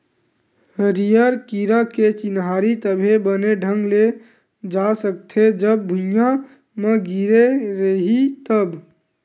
हरियर कीरा के चिन्हारी तभे बने ढंग ले जा सकथे, जब भूइयाँ म गिरे रइही तब